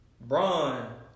Bron